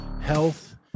health